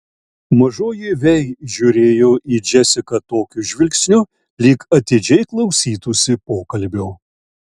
mažoji vei žiūrėjo į džesiką tokiu žvilgsniu lyg atidžiai klausytųsi pokalbio